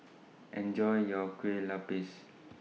Enjoy your Kue Lupis